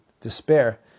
despair